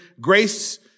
grace